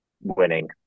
winning